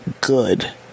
good